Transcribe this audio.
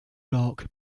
dark